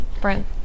Brent